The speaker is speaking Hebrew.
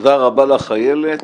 תודה רבה לך, איילת,